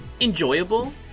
enjoyable